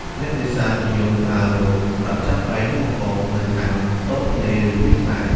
អ្នកនេសាទនិយមប្រើលបសម្រាប់ចាប់ត្រីនិងបង្កងនៅតាមដងទន្លេឬវាលស្រែ។